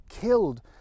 killed